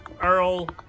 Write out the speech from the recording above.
earl